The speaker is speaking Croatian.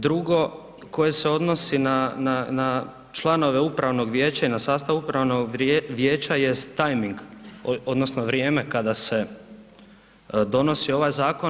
Drugo koje se odnosi na članove upravnog vijeća i na sastav upravnog vijeća jest tajming odnosno vrijeme kada se donosi ovaj zakon.